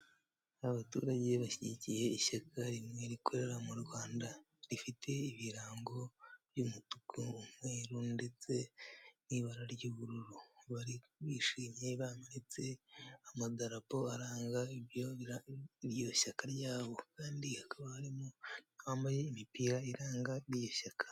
Abaturage bashyigikiye ishyaka rimwe rikorera mu Rwanda rifite ibirango by'umutuku w'umweruru ndetse n'ibara ry'ubururu bari bishimye bamritse amadarapo aranga iryo shyaka ryabo kandi hakaba harimo n abambaye imipira iranga iri shyaka.